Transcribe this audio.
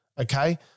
okay